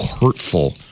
hurtful